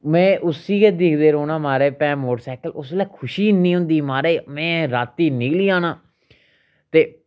में उसी गै दिखदे रौह्ना महाराज भैं उसलै खुशी इन्नी होंदी ही महाराज में रातीं निकली जाना ते